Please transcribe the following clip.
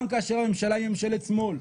גם כאשר הממשלה היא ממשלת שמאל,